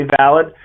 valid